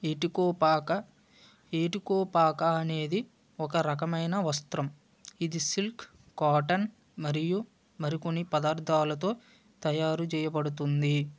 ఇటు కోపాక ఈటుకోపాక అనేది ఒక రకమైన వస్త్రం ఇది సిల్క్ కాటన్ మరియు మరికొన్ని పదార్థాలతో తయారు చేయబడుతుంది